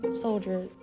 soldier